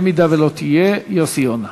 אם לא תהיה, יוסי יונה.